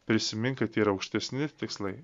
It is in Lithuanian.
prisimink kad yra aukštesni tikslai